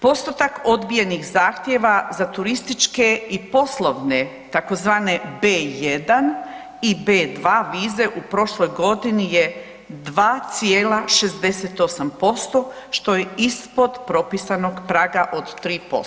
Postotak odbijenih zahtjeva za turističke i poslovne, tzv. B1 i B2 vize u prošloj godini je 2,68%, što je ispod propisanog praga od 3%